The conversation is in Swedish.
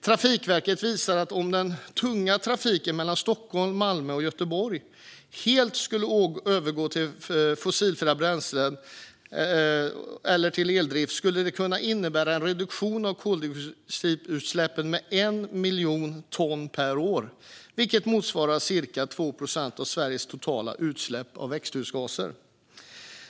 Trafikverket visar att om den tunga trafiken mellan Stockholm, Malmö och Göteborg helt skulle övergå från fossila bränslen till eldrift skulle det kunna innebära en reduktion av koldioxidutsläppen med 1 miljon ton per år, vilket motsvarar ca 2 procent av Sveriges totala utsläpp av växthusgaser.